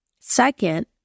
Second